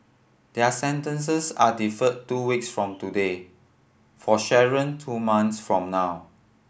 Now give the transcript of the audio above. their sentences are deferred two weeks from today for Sharon two month from now